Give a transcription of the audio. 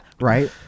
Right